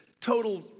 total